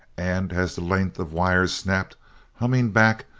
and as the lengths of wire snapped humming back,